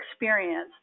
experience